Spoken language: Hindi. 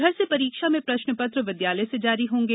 घर से परीक्षा में प्रश्न पत्र विद्यालय से जारी होंगे